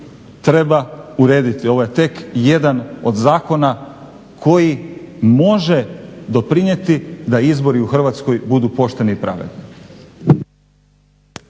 treba urediti, ovo je tek jedan od zakona koji može doprinijeti da izbori u Hrvatskoj budu pošteni i pravedni.